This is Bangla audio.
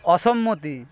অসম্মতি